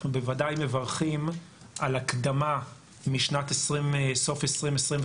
אנחנו בוודאי מברכים על הקדמה מסוף שנת 2025,